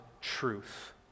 truth